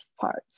parts